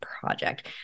project